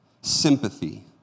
sympathy